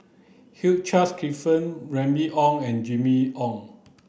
Hugh Charles Clifford Remy Ong and Jimmy Ong